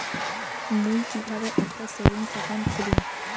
মুই কিভাবে একটা সেভিংস অ্যাকাউন্ট খুলিম?